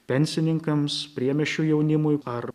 pensininkams priemiesčių jaunimui ar